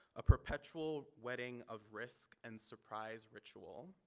a perpetual wedding of risk and surprise ritual.